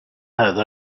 هذا